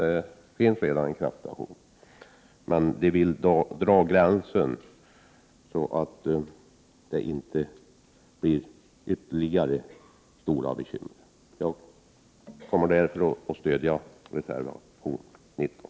Det finns redan en kraftstation, men befolkningen vill dra gränsen så att den inte får ytterligare stora bekymmer. Jag yrkar bifall till reservation 19.